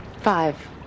Five